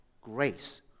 grace